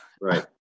Right